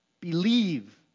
Believe